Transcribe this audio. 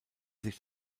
sich